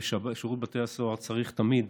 ושירות בתי הסוהר צריך תמיד,